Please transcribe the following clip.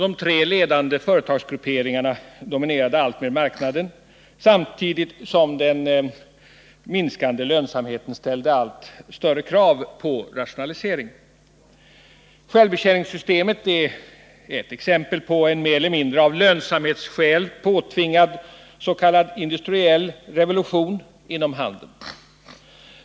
De tre ledande företagsgrupperingarna dominerade alltmer marknaden, samtidigt som den minskande lönsamheten ställde allt större krav på rationalisering. Självbetjäningssystemet är ett exempel på en av lönsamhetsskäl mer eller mindre påtvingad ”industriell revolution” inom handeln.